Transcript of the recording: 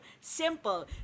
Simple